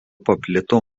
paplito